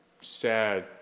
sad